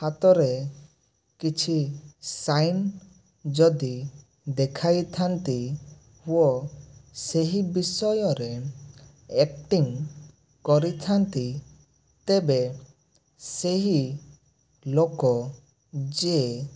ହାତରେ କିଛି ସାଇନ ଯଦି ଦେଖାଇଥାନ୍ତି ଓ ସେହି ବିଷୟରେ ଏକଟିଙ୍ଗ କରିଥାନ୍ତି ତେବେ ସେହି ଲୋକ ଯେ